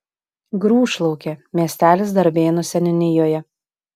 grūšlaukė miestelis darbėnų seniūnijoje